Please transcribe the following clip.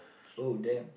!woo! damn